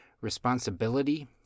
responsibility